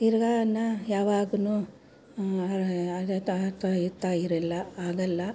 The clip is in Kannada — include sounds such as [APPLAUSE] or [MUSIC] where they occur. ತಿರುಗಾ ನಾ ಯಾವಾಗು [UNINTELLIGIBLE] ಇರಲ್ಲ ಆಗಲ್ಲ